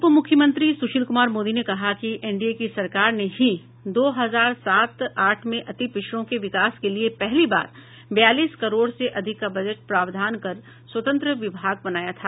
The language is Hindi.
उपमुख्यमंत्री सुशील कुमार मोदी ने कहा है कि एनडीए की सरकार ने ही दो हजार सात आठ में अति पिछड़ों के विकास के लिए पहली बार बयालीस करोड़ से अधिक का बजट प्रावधान कर स्वतंत्र विभाग बनाया था